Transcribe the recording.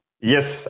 Yes